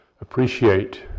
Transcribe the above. appreciate